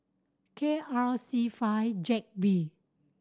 K R C five Z B